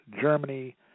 Germany